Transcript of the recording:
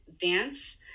Dance